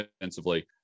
defensively